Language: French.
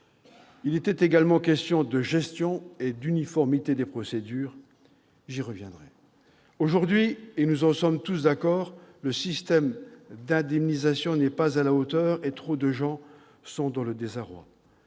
Il était également question de gestion et d'uniformité des procédures. J'y reviendrai. Aujourd'hui, et nous en sommes tous d'accord, le système d'indemnisation n'est pas à la hauteur et trop de gens sont dans le désarroi.